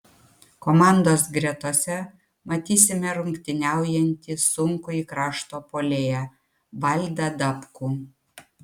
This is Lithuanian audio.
komandos gretose matysime rungtyniaujantį sunkųjį krašto puolėją valdą dabkų